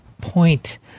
point